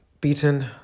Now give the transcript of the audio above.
beaten